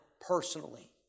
personally